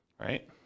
right